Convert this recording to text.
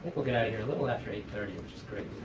we'll get out of here a little after eight thirty, which is great.